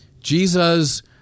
Jesus